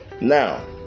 Now